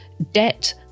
debt